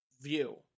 view